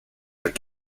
their